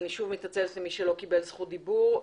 אני שוב מתנצלת בפני מי שלא קיבל זכות דיבור.